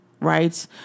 Right